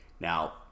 Now